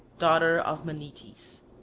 daughter of menetes.